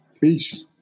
peace